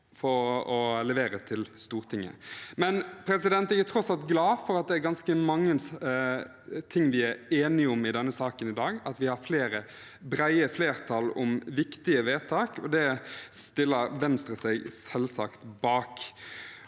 med å levere til Stortinget. Jeg er tross alt glad for at det er ganske mange ting vi er enige om i denne saken i dag, at vi har flere brede flertall om viktige vedtak. Det stiller Venstre seg selvsagt bak.